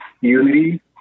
unity